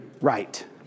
right